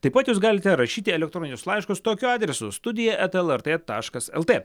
taip pat jūs galite rašyti elektroninius laiškus tokiu adresu studija eta lrt taškas lt